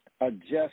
adjust